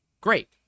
great